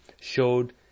showed